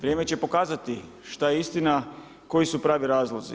Vrijeme će pokazati šta je istina, koji su pravi razlozi.